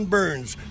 Burns